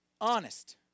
Honest